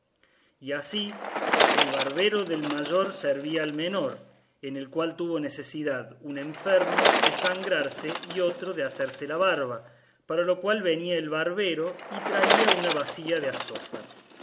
y así el barbero del mayor servía al menor en el cual tuvo necesidad un enfermo de sangrarse y otro de hacerse la barba para lo cual venía el barbero y traía una bacía de